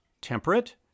temperate